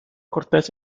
cortes